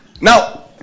Now